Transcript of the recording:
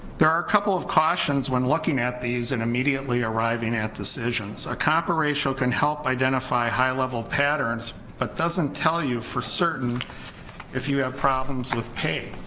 there are a couple of cautions when looking at these and immediately arriving at decisions, a compa ratio can help identify high level patterns, but doesn't tell you for certain if you have problems with pay,